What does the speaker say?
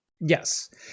yes